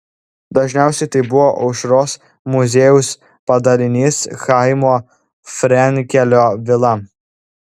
dažniausiai tai buvo aušros muziejaus padalinys chaimo frenkelio vila